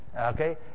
Okay